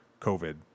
COVID